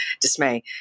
dismay